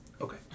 Okay